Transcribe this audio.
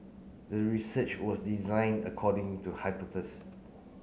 the research was designed according to